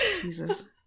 Jesus